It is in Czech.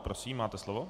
Prosím, máte slovo.